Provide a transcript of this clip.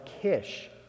Kish